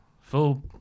Full